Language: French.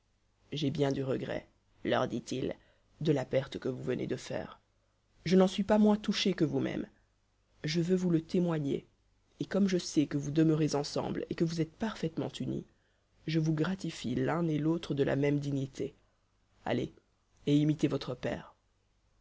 j'ai bien du regret leur dit-il de la perte que vous venez de faire je n'en suis pas moins touché que vous-mêmes je veux vous le témoigner et comme je sais que vous demeurez ensemble et que vous êtes parfaitement unis je vous gratifie l'un et l'autre de la même dignité allez et imitez votre père